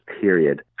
period